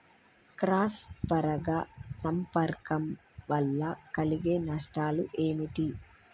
Cross పరాగ సంపర్కం వల్ల కలిగే నష్టాలు ఏమిటి?